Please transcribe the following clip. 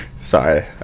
Sorry